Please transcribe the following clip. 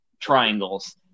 triangles